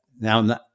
now